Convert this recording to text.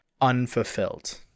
unfulfilled